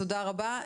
תודה רבה.